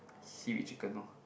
seaweed chicken loh